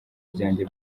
ryanjye